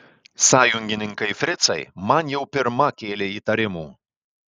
sąjungininkai fricai man jau pirma kėlė įtarimų